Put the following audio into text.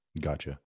Gotcha